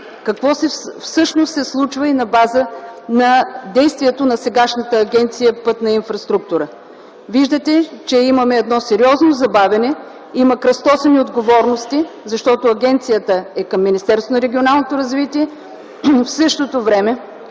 Какво всъщност се случва и на база на действието на сегашната Агенция „Пътна инфраструктура”? Виждате, че имаме едно сериозно забавяне. Има кръстосани отговорности, защото агенцията е към Министерство на регионалното развитие и